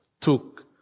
took